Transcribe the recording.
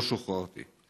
לא שוחררתי.